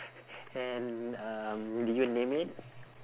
and um did you name it